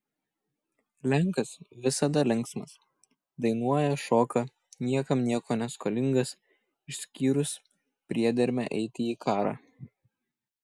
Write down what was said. lenkas visada linksmas dainuoja šoka niekam nieko neskolingas išskyrus priedermę eiti į karą